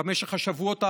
במשך השבועות האחרונים,